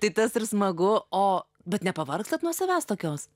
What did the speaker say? tai tas ir smagu o bet nepavargstat nuo savęs tokios